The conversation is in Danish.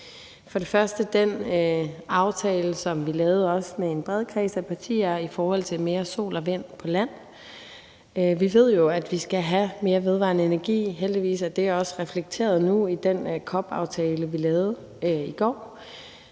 er der den aftale, som vi lavede med en bred kreds af partier i forhold til mere sol- og vindenergi på land. Vi ved jo, at vi skal have mere vedvarende energi. Heldigvis er det nu også reflekteret i den COP28-aftale, vi lavede i går.